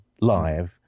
live